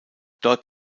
dort